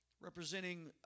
representing